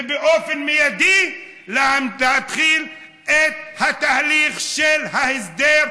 ובאופן מיידי להתחיל את התהליך של ההסדר,